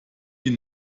sie